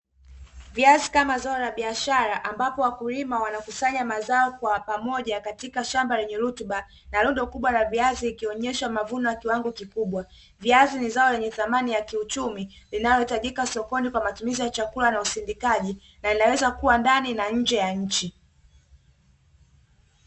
Viazi kama zao la biashara ambapo wakulima wanakusanya mazao kwa pamoja katika shamba lenye rutuba, na rundo kubwa la viazi ikionyeshwa mavuno ya kiwango kikubwa. Viazi ni zao lenye thamani ya kiuchumi linalohitajika sokoni kwa matumizi ya chakula na usindikaji, na inaweza kuwa ndani na nje ya nchi.